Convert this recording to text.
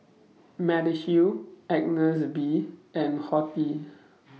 Mediheal Agnes B and Horti